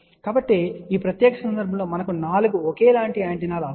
కాబట్టి ఆ ప్రత్యేక సందర్భంలో మనకు 4 ఒకేలాంటి యాంటెనాలు అవసరం